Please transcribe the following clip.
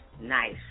Nice